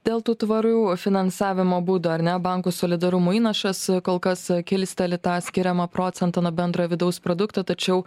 dėl tų tvarių finansavimo būdų ar ne bankų solidarumo įnašas kol kas kilsteli tą skiriamą procentą nuo bendrojo vidaus produkto tačiau